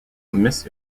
miss